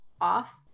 off